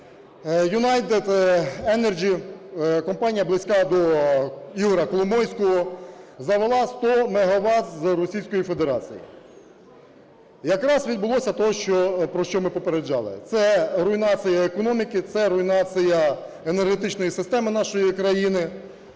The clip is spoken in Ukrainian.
United Energy – компанія, близька до Ігоря Коломойського, завела 100 мегават з Російської Федерації. Якраз відбулося те, про що ми попереджали, це руйнація економіки, це руйнація енергетичної системи нашої країни.